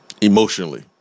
emotionally